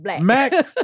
Mac